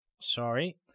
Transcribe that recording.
sorry